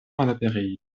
malaperinta